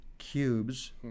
cubes